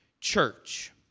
church